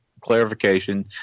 clarification